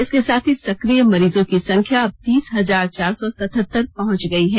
इसके साथ ही सकिय मरीजों की संख्या अब तीस हजार चार सौ सतहत्तर पहंच गई है